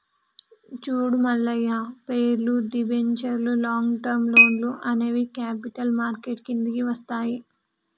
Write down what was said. చూడు మల్లయ్య పేర్లు, దిబెంచర్లు లాంగ్ టర్మ్ లోన్లు అనేవి క్యాపిటల్ మార్కెట్ కిందికి వస్తాయి